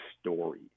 story